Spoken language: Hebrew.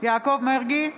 יעקב מרגי,